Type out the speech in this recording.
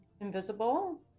invisible